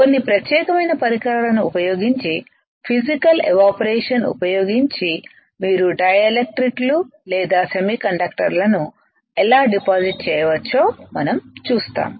కొన్ని ప్రత్యేకమైన పరికరాలను ఉపయోగించి ఫిసికల్ ఎవాపరేషన్ ఉపయోగించి మీరు డై ఎలక్ట్రిక్ లు లేదా సెమీకండక్టర్లను ఎలా డిపాజిట్ చేయవచ్చో మనం చూస్తాము